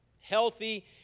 healthy